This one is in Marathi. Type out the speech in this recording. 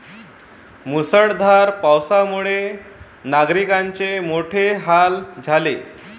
मुसळधार पावसामुळे नागरिकांचे मोठे हाल झाले